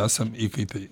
esam įkaitai